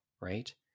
right